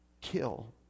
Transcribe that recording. kill